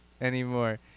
anymore